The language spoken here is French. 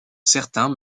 certains